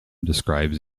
describes